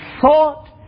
thought